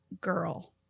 girl